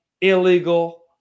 illegal